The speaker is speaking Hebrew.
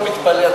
אני לא מתפלא.